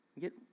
Get